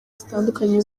zitandukanye